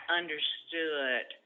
understood